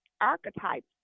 archetypes